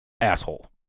asshole